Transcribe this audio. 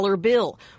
bill